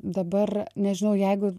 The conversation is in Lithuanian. dabar nežinau jeigu